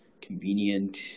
convenient